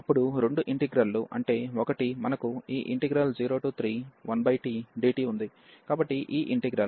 అప్పుడు రెండు ఇంటిగ్రల్ లు అంటే ఒకటి మనకు ఈ 031tdtఉంది కాబట్టి ఈ ఇంటిగ్రల్